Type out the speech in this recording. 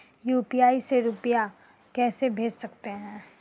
UPI से रुपया कैसे भेज सकते हैं?